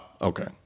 Okay